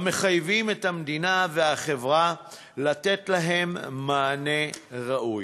המחייבים את המדינה והחברה לתת להם מענה ראוי.